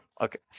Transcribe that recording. Okay